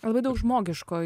labai daug žmogiško